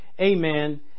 amen